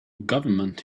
government